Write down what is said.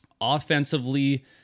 offensively